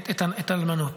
את האלמנות,